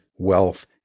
wealth